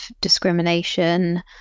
discrimination